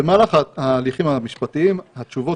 במהלך ההליכים המשפטיים התשובות